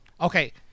Okay